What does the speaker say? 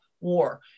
war